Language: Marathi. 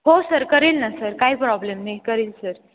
हो सर करेन ना सर काही प्रॉब्लेम नाही करेन सर